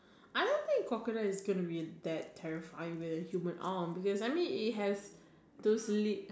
I don't think crocodile is gonna be that terrifying than a human arm because I mean it has those lead